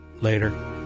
Later